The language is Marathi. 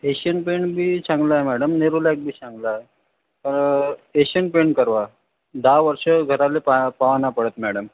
एशियन पेंट पण चांगला आहे मॅडम नेरोलॅक पण चांगला आहे पर एशियन पेंट करवा दहा वर्ष घराले पाह पहावं नाही पडत मॅडम